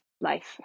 life